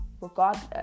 regardless